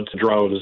drones